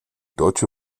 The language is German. deutsche